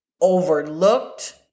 overlooked